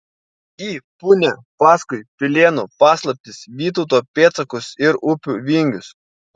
į punią paskui pilėnų paslaptis vytauto pėdsakus ir upių vingius